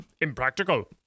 impractical